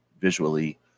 visually